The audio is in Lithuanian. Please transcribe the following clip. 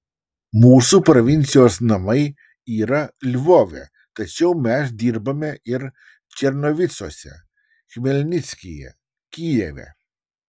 mūsų provincijos namai yra lvove tačiau mes dirbame ir černovicuose chmelnickyje kijeve